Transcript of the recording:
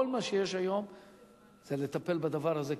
כל מה שיש היום זה לטפל בדבר הזה,